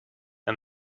and